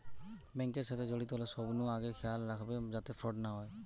bank এর সাথে জড়িত হলে সবনু আগে খেয়াল রাখবে যাতে ফ্রড না হয়